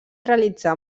realitzar